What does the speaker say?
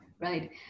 Right